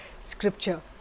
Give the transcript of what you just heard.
scripture